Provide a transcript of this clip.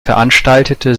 veranstaltete